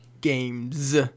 games